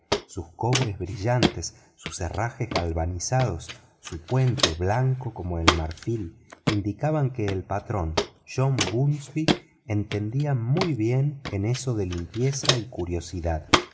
sus colores brillantes sus herrajes galvanizados su puente blanco como el marfil indicaban que el patrón john bunsby entendía muy bien en eso de limpieza y curiosidad